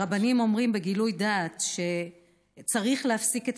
הרבנים אומרים בגילוי דעת שצריך להפסיק את